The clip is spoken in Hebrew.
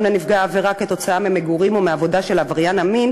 לנפגע העבירה כתוצאה ממגורים או עבודה של עבריין המין